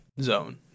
zone